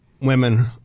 women